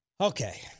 Okay